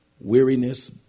weariness